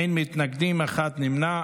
אין מתנגדים, אחד נמנע.